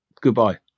goodbye